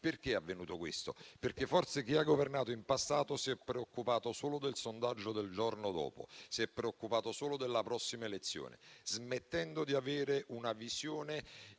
Ciò è avvenuto perché forse chi ha governato in passato si è preoccupato solo del sondaggio del giorno dopo e della prossima elezione, smettendo di avere una visione: